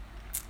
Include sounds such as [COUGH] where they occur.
[NOISE]